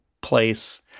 place